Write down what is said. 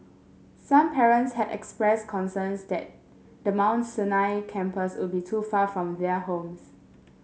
some parents had expressed concerns that the Mount Sinai campus would be too far from their homes